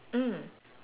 mm